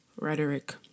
rhetoric